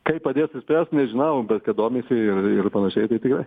kaip padės išspręst nežinau bet jie domisi ir ir panašiai tai tikrai